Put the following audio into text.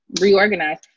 reorganize